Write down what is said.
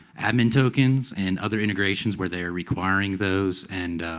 admin tokens and other integrations where they're requiring those, and